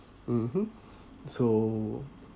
mmhmm so